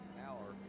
hour